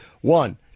one